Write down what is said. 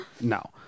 No